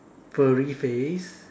furry face